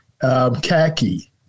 khaki